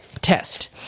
test